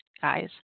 guys